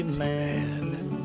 man